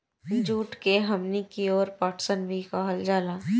जुट के हमनी कियोर पटसन भी कहल जाला